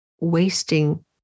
wasting